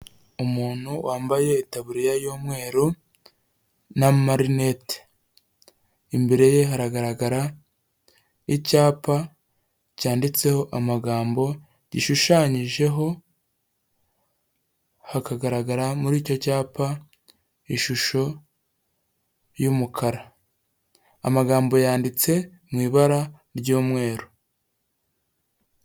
Umuntu wambaye itaburiya y'umweru n'amarinete, imbere ye hagaragara icyapa cyanditseho amagambo, gishushanyijeho, hakagaragara muri icyo cyapa ishusho y'umukara, amagambo yanditse mu ibara ry'umweru.